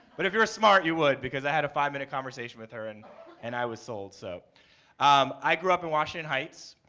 but if you're smart, you would, because i had a five-minute conversation with her and and i was sold. so um i grew up in washington heights.